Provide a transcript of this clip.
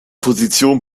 position